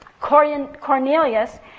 Cornelius